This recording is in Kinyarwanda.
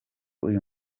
uyu